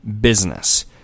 business